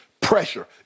pressure